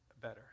better